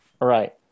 right